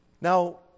Now